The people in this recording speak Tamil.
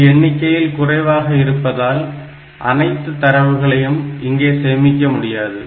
இது எண்ணிக்கையில் குறைவாக இருப்பதால் அனைத்து தரவுகளையும் இங்கே சேமிக்க முடியாது